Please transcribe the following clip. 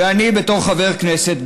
ואני בתור חבר כנסת,